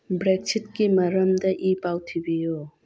ꯕ꯭ꯔꯦꯛꯖꯤꯠꯀꯤ ꯃꯔꯝꯗ ꯏ ꯄꯥꯎ ꯊꯤꯕꯤꯌꯨ